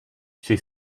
she